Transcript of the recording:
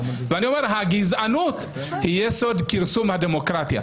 ואני אומר: הגזענות היא יסוד כרסום הדמוקרטיה.